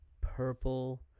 Purple